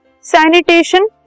Sanitation